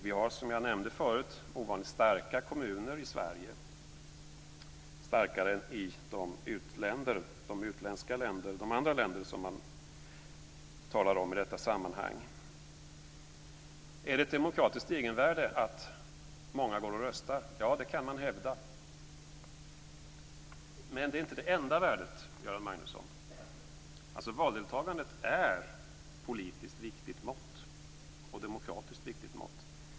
Vi har som jag nämnde förut ovanligt starka kommuner i Sverige, starkare än i de andra länder som man talar om i detta sammanhang. Är det ett demokratiskt egenvärde att många går och röstar? Det kan man hävda. Men det är inte det enda värdet, Göran Magnusson. Valdeltagandet är ett politiskt och demokratiskt viktigt mått.